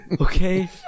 okay